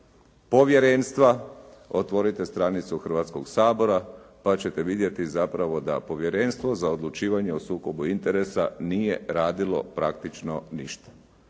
povjerenstva, otvorite stranicu Hrvatskog sabora, pa ćete vidjeti zapravo da Povjerenstvo za odlučivanje o sukobu interesa nije radilo praktično ništa.